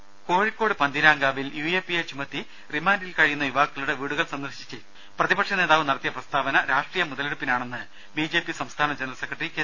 ദേദ കോഴിക്കോട് പന്തീരാങ്കാവിൽ യുഎപിഎ ചുമത്തി റിമാൻഡിൽ കഴിയുന്ന യുവാക്കളുടെ വീടുകൾ സന്ദർശിച്ച് പ്രതിപക്ഷനേതാവ് നടത്തിയ പ്രസ്താവന രാഷ്ട്രീയ മുതലെടുപ്പിനാണെന്ന് ബിജെപി സംസ്ഥാന ജനറൽ സെക്രട്ടറി കെ